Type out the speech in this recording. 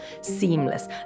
seamless